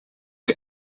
who